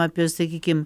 apie sakykim